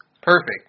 Perfect